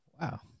Wow